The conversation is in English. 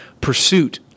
Pursuit